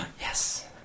Yes